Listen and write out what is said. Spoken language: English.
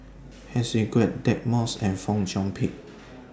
Heng Swee Keat Deirdre Moss and Fong Chong Pik